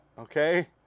okay